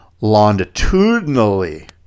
longitudinally